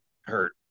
hurt